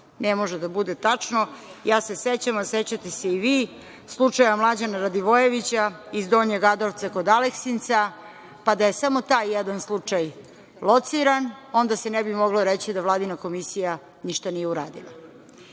ne može da bude tačno. Ja se sećam, a sećate se i vi slučaja Mlađana Radivojevića iz Donjeg Adrovca kod Aleksinca, pa da je samo taj jedan slučaj lociran onda se ne bi moglo reći da Vladina komisija ništa nije uradila. Ono